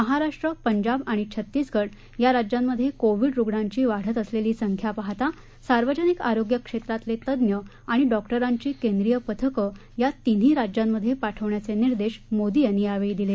महाराष्ट्र पंजाब आणि छत्तीसगड या राज्यांमधे कोविड रुग्णांची वाढत असलेली संख्या पाहता सार्वजिनक आरोग्य क्षेत्रातले तज्ञ आणि डॉक्टरांची केंद्रीय पथकं या तिन्ही राज्यांमधे पाठवण्याचे निर्देश मोदी यांनी यावेळी दिले